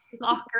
locker